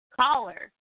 Caller